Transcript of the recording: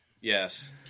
Yes